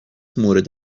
مورد